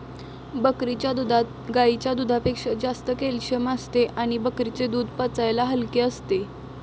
बकरीच्या दुधात गाईच्या दुधापेक्षा जास्त कॅल्शिअम असते आणि बकरीचे दूध पचायला हलके असते